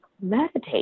meditate